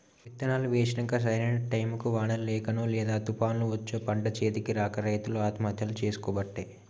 విత్తనాలు వేశినంక సరైన టైముకు వానలు లేకనో లేదా తుపాన్లు వచ్చో పంట చేతికి రాక రైతులు ఆత్మహత్యలు చేసికోబట్టే